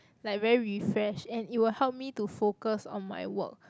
like very refreshed and it will help me to focus on my work